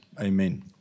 Amen